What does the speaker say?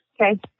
Okay